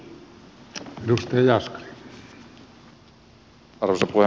arvoisa puhemies